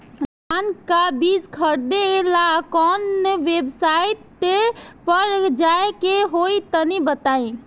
धान का बीज खरीदे ला काउन वेबसाइट पर जाए के होई तनि बताई?